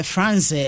France